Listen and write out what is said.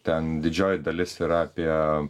ten didžioji dalis yra apie